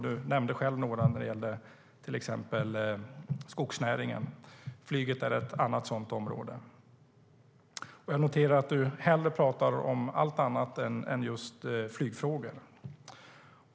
Du nämnde själv några, Magdalena Andersson, till exempel skogsnäringen. Flyget är ett annat sådant område. Jag noterar att du helst talar om allt annat än just flygfrågor.